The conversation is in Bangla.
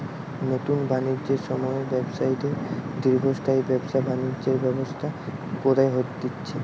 নুতন বাণিজ্যের সময়ে ব্যবসায়ীদের দীর্ঘস্থায়ী ব্যবসা বাণিজ্যের ব্যবস্থা কোরে দিচ্ছে